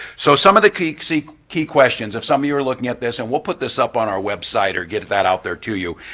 so some of the key so like key questions, if some of you are looking at this, and we'll put this up on our website or get that out there to you.